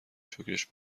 شکرش